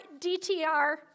DTR